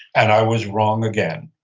and i was wrong again.